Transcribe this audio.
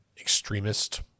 extremist